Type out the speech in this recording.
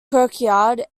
kirkyard